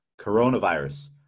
Coronavirus